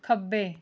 ਖੱਬੇ